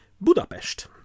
Budapest